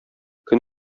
көн